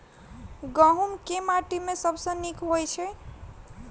गहूम केँ माटि मे सबसँ नीक होइत छै?